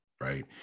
right